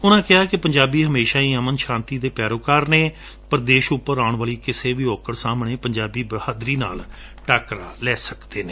ਉਨਾ ਕਿਹਾ ਕਿ ਪੰਜਾਬੀ ਹਮੇਸ਼ਾ ਹੀ ਅਮਨ ਸ਼ਾਤੀ ਦੇ ਪੈਰੋਕਾਰ ਨੇ ਪਰ ਦੇਸ਼ ਉਪਰ ਆਉਣ ਵਾਲੀ ਕਿਸੇ ਵੀ ਔਕੜ ਸਾਹਮਣੇ ਪੰਜਾਬੀ ਬਹਾਦਰੀ ਨਾਲ ਟਾਕਰਾ ਲੈ ਸਕਦੇ ਨੇ